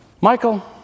Michael